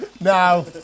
now